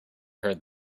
heard